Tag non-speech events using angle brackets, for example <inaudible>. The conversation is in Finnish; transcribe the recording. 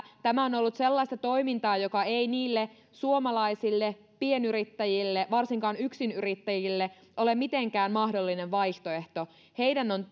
tämä on ollut sellaista toimintaa joka ei suomalaisille pienyrittäjille varsinkaan yksinyrittäjille ole mitenkään mahdollinen vaihtoehto heidän on <unintelligible>